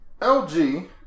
LG